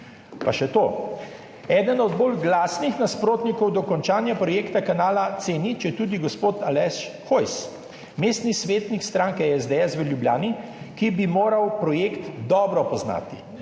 Pa še to. Eden od bolj glasnih nasprotnikov dokončanja projekta kanala C0 je tudi gospod Aleš Hojs, mestni svetnik stranke SDS v Ljubljani, ki bi moral projekt dobro poznati,